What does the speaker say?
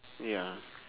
ya